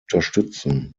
unterstützen